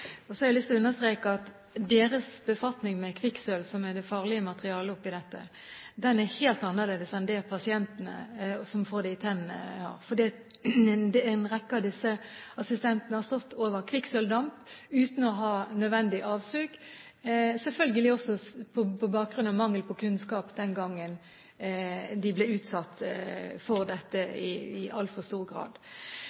har lyst til å understreke at deres befatning med kvikksølv, som er det farlige materialet oppe i dette, er helt annerledes enn pasientenes. Pasientene får det i tennene, mens en rekke av disse assistentene har stått over kvikksølvdamp uten å ha nødvendig avsug – selvfølgelig også på bakgrunn av mangel på kunnskap den gangen de i altfor stor grad ble utsatt for dette.